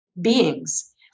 beings